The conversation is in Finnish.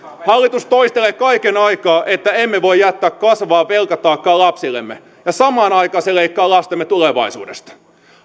hallitus toistelee kaiken aikaa että emme voi jättää kasvavaa velkataakkaa lapsillemme ja samaan aikaan se leikkaa lastemme tulevaisuudesta